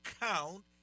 count